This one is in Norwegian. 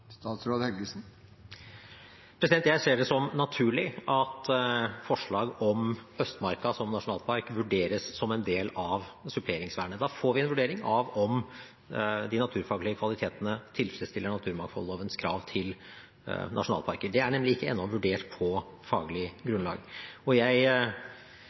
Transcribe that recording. Jeg ser det som naturlig at forslag om Østmarka som nasjonalpark vurderes som en del av suppleringsvernet. Da får vi en vurdering av om de naturfaglige kvalitetene tilfredsstiller naturmangfoldlovens krav til nasjonalparker. Det er nemlig ennå ikke vurdert på faglig grunnlag. Jeg